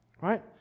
right